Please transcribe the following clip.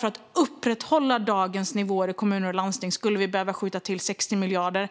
För att upprätthålla dagens nivåer i kommuner och landsting skulle vi behöva skjuta till 60 miljarder.